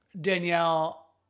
Danielle